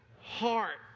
Heart